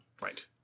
Right